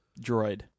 droid